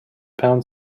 pound